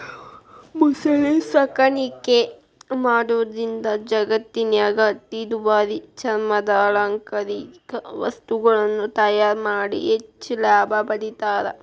ಮೊಸಳೆ ಸಾಕಾಣಿಕೆ ಮಾಡೋದ್ರಿಂದ ಜಗತ್ತಿನ್ಯಾಗ ಅತಿ ದುಬಾರಿ ಚರ್ಮದ ಅಲಂಕಾರಿಕ ವಸ್ತುಗಳನ್ನ ತಯಾರ್ ಮಾಡಿ ಹೆಚ್ಚ್ ಲಾಭ ಪಡಿತಾರ